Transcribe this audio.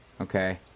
Okay